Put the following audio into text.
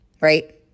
right